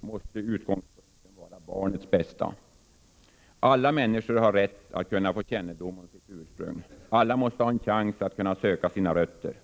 måste utgångspunkten vara barnets bästa. Alla människor har rätt att kunna få kännedom om sitt ursprung. Alla måste ha en chans att kunna söka sina rötter.